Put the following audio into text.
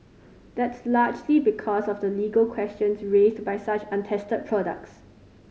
that's largely because of the legal questions raised by such untested products